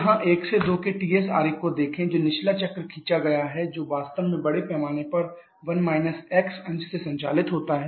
तो यहाँ 1 से 2 के Ts आरेख को देखें जो निचला चक्र खींचा गया है जो वास्तव में बड़े पैमाने पर अंश से संचालित होता है